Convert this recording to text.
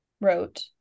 wrote